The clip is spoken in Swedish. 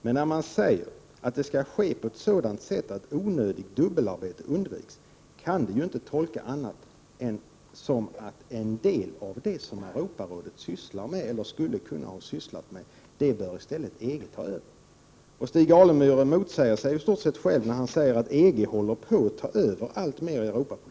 Men när man säger att det skall ske ”på ett sådant sätt att onödigt dubbelarbete undviks” kan det inte tolkas på annat sätt än att en del av det som Europarådet sysslar med eller skulle kunna syssla med, det bör EG ta över i stället. Stig Alemyr motsäger i stort sett sig själv när han säger att EG håller på att ta över alltmer i Europapolitiken.